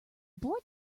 board